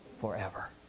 forever